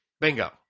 Bingo